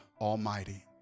Almighty